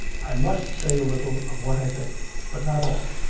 i must say a little of what i think but not all.